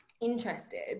interested